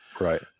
right